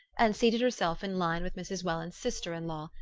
and seated herself in line with mrs. welland's sister-in-law,